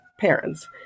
parents